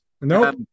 No